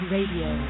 Radio